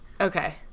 Okay